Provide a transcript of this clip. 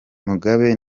mugabe